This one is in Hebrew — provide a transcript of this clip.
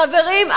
חברים,